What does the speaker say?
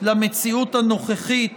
למציאות הנוכחית